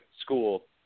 school